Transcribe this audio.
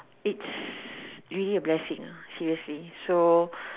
it's really a blessing uh seriously so